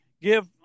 give